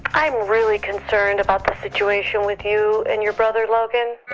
i'm really concerned about the situation with you and your brother logan.